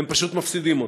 והם פשוט מפסידים אותו.